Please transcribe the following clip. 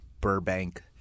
Burbank